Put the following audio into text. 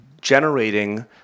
generating